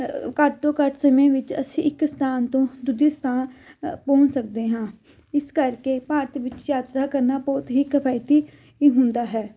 ਘੱਟ ਤੋਂ ਘੱਟ ਸਮੇਂ ਵਿੱਚ ਅਸੀਂ ਇੱਕ ਸਥਾਨ ਤੋਂ ਦੂਜੇ ਸਥਾਨ ਪਹੁੰਚ ਸਕਦੇ ਹਾਂ ਇਸ ਕਰਕੇ ਭਾਰਤ ਵਿੱਚ ਯਾਤਰਾ ਕਰਨਾ ਬਹੁਤ ਹੀ ਕਿਫਾਇਤੀ ਹੀ ਹੁੰਦਾ ਹੈ